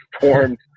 formed